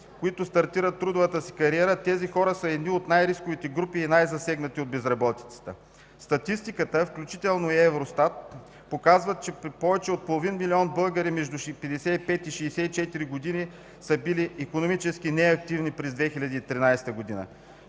които стартират в трудовата си кариера, тези хора са едни от най-рисковите групи и най-засегнатите от безработицата. Статистиката, включително и Евростат показват, че повече от един милион българи между 55 и 64 години са били икономически неактивни през 2013 г.,